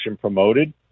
promoted